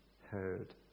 heard